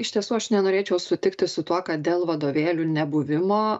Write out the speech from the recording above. iš tiesų aš nenorėčiau sutikti su tuo kad dėl vadovėlių nebuvimo